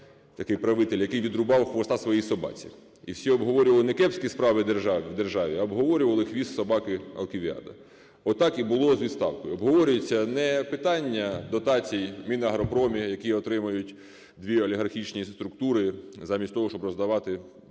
такий правитель, який відрубав хвоста своїй собаці. І всі обговорювали не кепські справи в державі, а обговорювали хвіст собаки Алківіада. Отак і було з відставкою. Обговорюється не питання дотацій в Мінагропромі, які отримують дві олігархічні структури, замість того, щоб роздавати фермерам